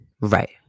Right